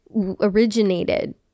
originated